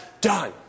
done